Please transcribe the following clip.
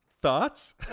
Thoughts